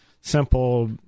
simple